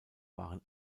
waren